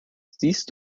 siehst